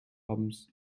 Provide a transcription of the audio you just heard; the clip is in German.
abends